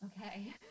okay